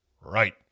Right